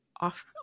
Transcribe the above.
off